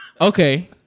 okay